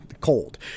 cold